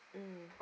mm